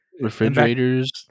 refrigerators